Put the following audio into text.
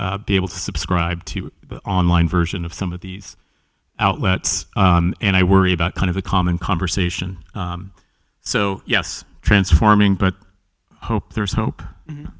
be able to subscribe to online version of some of these outlets and i worry about kind of a common conversation so yes transforming but hope there's hope